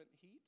heat